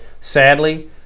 sadly